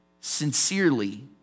sincerely